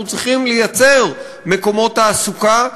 אנחנו צריכים לייצר מקומות תעסוקה,